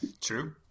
true